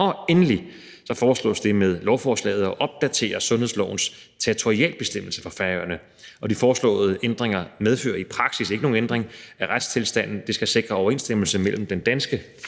Endelig foreslås det med lovforslaget at opdatere sundhedslovens territorialbestemmelse for Færøerne. De foreslåede ændringer medfører i praksis ikke nogen ændring af retstilstanden. De skal sikre overensstemmelse mellem den danske